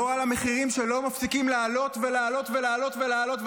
לא על המחירים שלא מפסיקים לעלות ולעלות ולעלות,